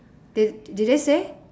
did did they say